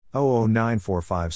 00945